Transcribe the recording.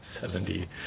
seventy